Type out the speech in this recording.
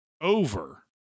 over